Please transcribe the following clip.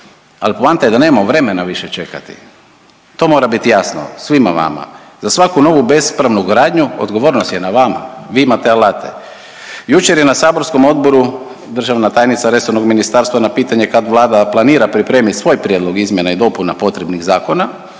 Ali poanta je da nemamo vremena više čekati. To moram biti jasno svima vama. Za svaku novu bespravnu gradnju odgovornost je na vama, vi imate alate. Jučer je na saborskom odboru državna tajnica resornog ministarstva na pitanje kad Vlada planira pripremiti svoj prijedlog izmjena i dopuna potrebnih zakona